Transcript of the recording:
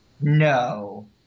No